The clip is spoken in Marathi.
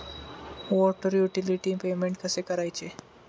वॉटर युटिलिटी पेमेंट कसे करायचे?